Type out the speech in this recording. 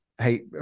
hey